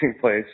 place